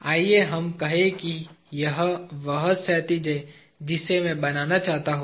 आइए हम कहें कि यह वह क्षैतिज है जिसे मैं बनाना चाहता हूं